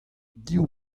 div